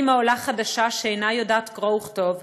אימא עולה חדשה שאינה יודעת קרוא וכתוב,